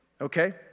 okay